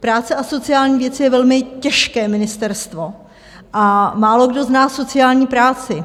práce a sociální věci je velmi těžké ministerstvo a málokdo zná sociální práci.